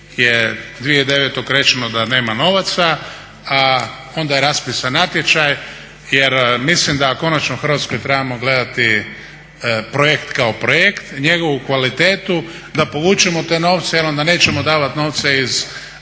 je 2009. rečeno da nema novaca, a onda je raspisan natječaj. Jer mislim da konačno u Hrvatskoj trebamo gledati projekt kao projekt, njegovu kvalitetu, da povučemo te novce jer onda nećemo davat novce iz vlastitog